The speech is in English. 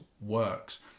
works